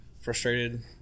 frustrated